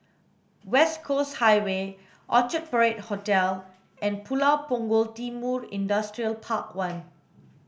West Coast Highway Orchard Parade Hotel and Pulau Punggol Timor Industrial Park one